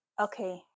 okay